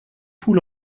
poux